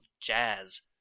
jazz